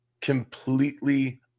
completely